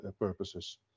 purposes